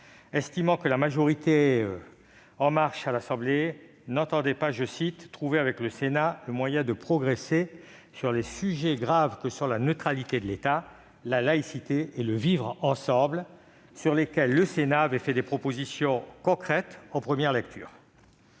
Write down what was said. estimant que la majorité La République En Marche à l'Assemblée nationale n'entendait pas « trouver avec le Sénat le moyen de progresser sur les sujets graves que sont la neutralité de l'État, la laïcité et le vivre ensemble, sur lesquels le Sénat avait fait des propositions concrètes en première lecture